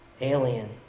Alien